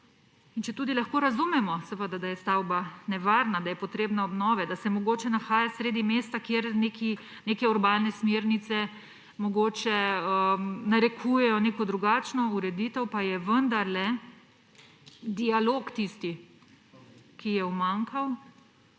Četudi lahko razumemo, da je stavba nevarna, da je potrebna obnove, da se mogoče nahaja sredi mesta, kjer neke urbane smernice mogoče narekujejo neko drugačno ureditev; pa je vendarle dialog tisti, ki je umanjkal.